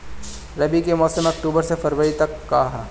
रबी के मौसम अक्टूबर से फ़रवरी तक ह